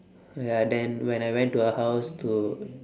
ya then when I went to her house to